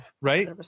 Right